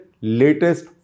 latest